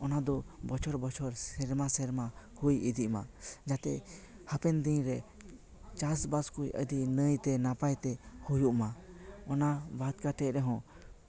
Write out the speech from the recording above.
ᱚᱱᱟ ᱵᱚᱪᱷᱚᱨ ᱵᱚᱪᱷᱚᱨ ᱥᱮᱨᱢᱟ ᱥᱮᱨᱢᱟ ᱦᱩᱭ ᱤᱫᱤᱜᱢᱟ ᱡᱟᱛᱮ ᱦᱟᱯᱮᱱ ᱫᱤᱱ ᱨᱮ ᱪᱟᱥ ᱵᱟᱥ ᱠᱚ ᱟᱹᱰᱤ ᱱᱟᱹᱭ ᱛᱮ ᱱᱟᱯᱟᱭ ᱛᱮ ᱦᱩᱭᱩᱜᱢᱟ ᱚᱱᱟ ᱵᱟᱫ ᱠᱟᱛᱮ ᱨᱮᱦᱚᱸ